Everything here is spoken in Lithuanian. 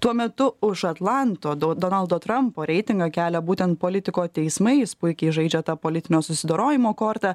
tuo metu už atlanto do donaldo trampo reitingą kelia būtent politiko teismai jis puikiai žaidžia ta politinio susidorojimo korta